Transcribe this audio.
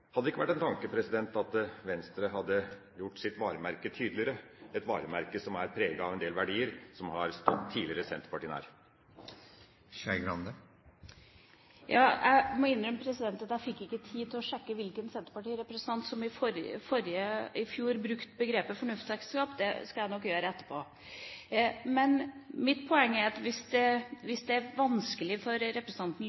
Hadde det ikke vært en tanke at Venstre hadde gjort sitt varemerke tydeligere, et varemerke som er preget av en del verdier, og som tidligere har stått Senterpartiet nær? Jeg må innrømme at jeg ikke fikk tid til å sjekke hvilken senterpartirepresentant det var som i fjor brukte uttrykket «fornuftsekteskap». Det skal jeg gjøre etterpå. Men mitt poeng er at hvis det